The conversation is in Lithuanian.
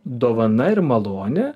dovana ir malonė